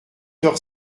heure